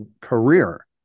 career